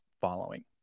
following